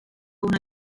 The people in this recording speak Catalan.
una